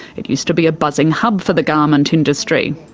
it used to be a buzzing hub for the garment industry.